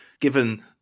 given